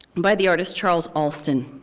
by the artist charles alston.